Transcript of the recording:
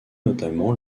notamment